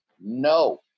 no